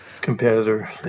Competitor